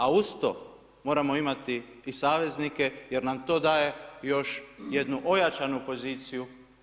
A uz to moramo imati i saveznike jer nam to daje još jednu ojačanu poziciju.